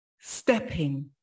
stepping